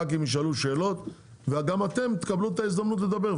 ח"כים ישאלו שאלות וגם אתם תקבלו את ההזדמנות לדבר,